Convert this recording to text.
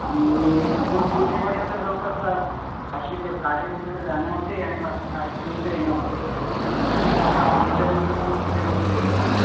आणि इथून पुणे म्हटलं तर जवळपास पाचशे ते सहाशे किलोमीटर जाणं होते आणि पाचशे सहाशे किलोमीटर येणं होते हां तर रिटनचं पण त्याच्यामध्ये रेंट राहते